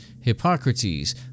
Hippocrates